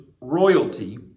royalty